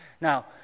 Now